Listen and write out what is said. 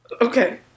okay